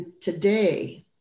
today